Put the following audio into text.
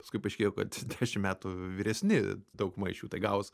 paskui paaiškėjo kad dešim metų vyresni dauguma iš jų tai gavos